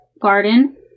Garden